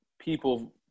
people